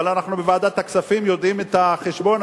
אבל אנחנו בוועדת הכספים יודעים את החשבון,